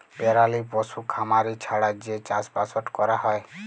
পেরালি পশু খামারি ছাড়া যে চাষবাসট ক্যরা হ্যয়